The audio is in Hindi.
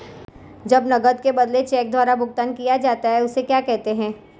जब नकद के बदले चेक द्वारा भुगतान किया जाता हैं उसे क्या कहते है?